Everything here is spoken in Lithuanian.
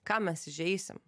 ką mes įžeisim